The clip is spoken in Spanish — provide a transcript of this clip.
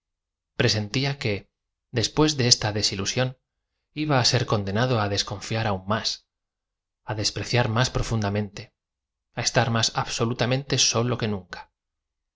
presentía que después de esta desilusión iba á ser condenado á desconfiar aún más á despre ciar más profundamente á estar más absolutamente solo que nunca